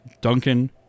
Duncan